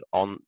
on